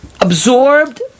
absorbed